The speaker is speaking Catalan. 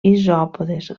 isòpodes